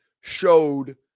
showed